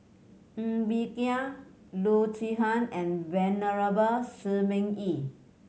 Ng Bee Kia Loo Zihan and Venerable Shi Ming Yi